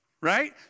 Right